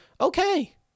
okay